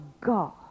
God